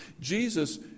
Jesus